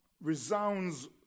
resounds